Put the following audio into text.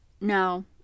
No